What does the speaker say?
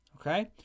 okay